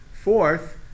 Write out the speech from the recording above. Fourth